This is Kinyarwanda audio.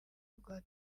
rwa